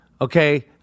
Okay